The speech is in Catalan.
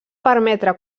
permetre